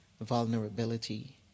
vulnerability